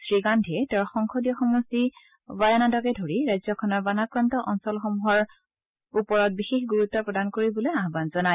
শ্ৰীগান্ধীয়ে তেওঁৰ সংসদীয় সমষ্টি ৱায়ানাদকে ধৰি ৰাজ্যখনৰ বানাক্ৰান্ত অঞ্চলসমূহৰ ওপৰত বিশেষ গুৰুত্ব প্ৰদান কৰিবলৈ আহান জনায়